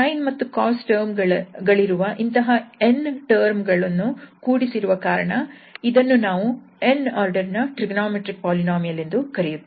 sin ಮತ್ತು cos term ಗಳಿರುವ ಇಂತಹ 𝑛 ಟರ್ಮ್ ಗಳನ್ನು ಕೂಡಿಸಿರುವ ಕಾರಣ ಇದನ್ನು ನಾವು 𝑛 ಆರ್ಡರ್ ನ ಟ್ರಿಗೊನೋಮೆಟ್ರಿಕ್ ಪೋಲಿನೋಮಿಯಲ್ ಎಂದು ಕರೆಯುತ್ತೇವೆ